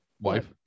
wife